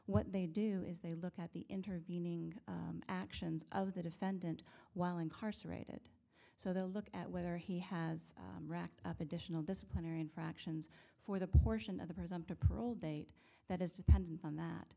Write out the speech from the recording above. what they do is they look at the intervening actions of the defendant while incarcerated so they'll look at whether he has racked up additional disciplinary infractions for the portion of the prism to parole date that is dependent on that